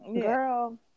girl